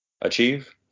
achieve